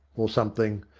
or something,